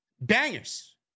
bangers